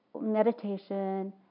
meditation